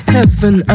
Heaven